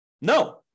No